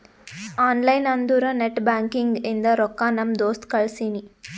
online ಅಂದುರ್ net banking ಇಂದ ರೊಕ್ಕಾ ನಮ್ ದೋಸ್ತ್ ಕಳ್ಸಿನಿ